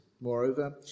Moreover